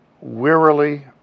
wearily